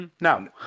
No